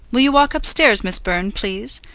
will you walk upstairs, miss byrne, please.